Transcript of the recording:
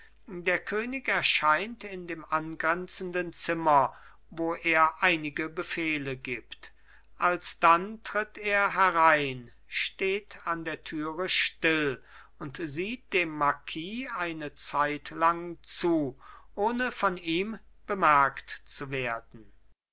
der könig erscheint in dem angrenzenden zimmer wo er einige befehle gibt alsdann tritt er herein steht an der türe still und sieht dem marquis eine zeitlang zu ohne von ihm bemerkt zu werden